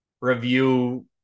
review